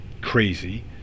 crazy